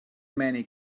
many